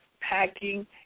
packing